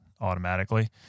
automatically